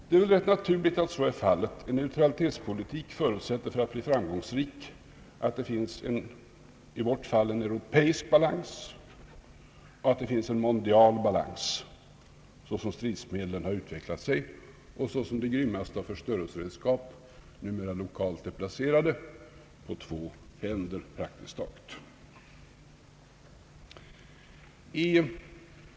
Detta är naturligt — en neutralitetspolitik förutsätter för att bli framgångsrik att det finns, i vårt fall, en europeisk och en mondial balans; så som stridsmedlen har utvecklats och så som de grymmaste av förstörelseredskap numera är lokaliserade praktiskt taget på två händer.